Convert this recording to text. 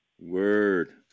word